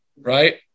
right